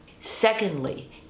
Secondly